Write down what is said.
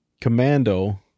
Commando